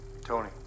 Tony